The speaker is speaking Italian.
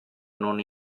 non